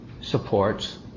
supports